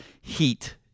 heat